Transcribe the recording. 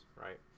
right